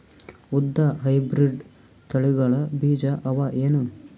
ಉದ್ದ ಹೈಬ್ರಿಡ್ ತಳಿಗಳ ಬೀಜ ಅವ ಏನು?